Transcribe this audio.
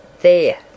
There